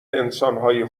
انسانهای